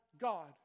God